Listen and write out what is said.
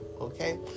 Okay